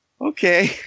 okay